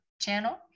channel